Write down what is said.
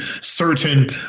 certain